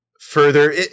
further